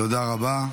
תודה רבה.